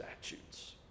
statutes